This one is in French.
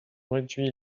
réduit